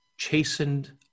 chastened